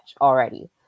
already